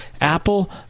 Apple